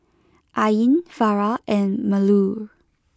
Ain Farah and Melur